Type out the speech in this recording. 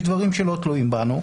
יש דברים שלא תלויים בנו.